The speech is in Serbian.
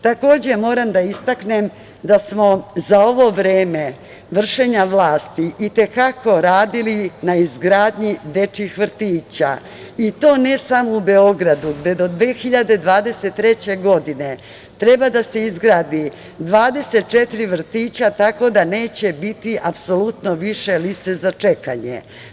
Takođe, moram da istaknem da smo za ovo vreme vršenja vlasti i te kako radili na izgradnji dečijih vrtića i to ne samo u Beogradu, gde do 2023. godine treba da se izgradi 24 vrtića, tako da neće biti apsolutno više liste čekanja.